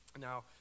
Now